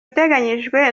uteganyijwe